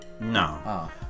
No